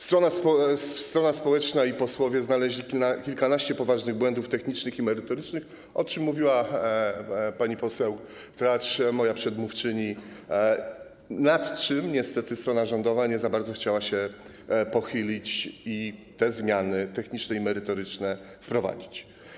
Strona społeczna i posłowie znaleźli kilkanaście poważnych błędów technicznych i merytorycznych, o czym mówiła pani poseł Tracz, moja przedmówczyni, nad czym niestety strona rządowa nie za bardzo chciała się pochylić i te zmiany techniczne i merytoryczne wprowadzić.